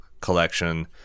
collection